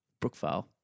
Brookvale